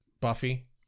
buffy